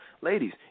ladies